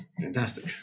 fantastic